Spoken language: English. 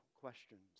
questions